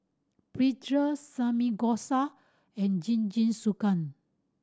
Pretzel Samgeyopsal and Jingisukan